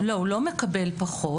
לא, הוא לא מקבל פחות.